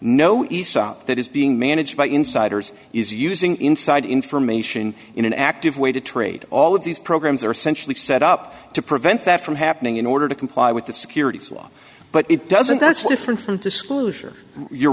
aesop that is being managed by insiders is using inside information in an active way to trade all of these programs are essentially set up to prevent that from happening in order to comply with the securities law but it doesn't that's different from disclosure you're